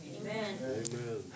Amen